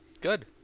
good